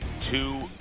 two